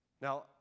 Now